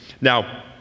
Now